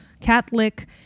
Catholic